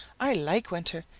i like winter.